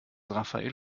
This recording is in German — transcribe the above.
rafael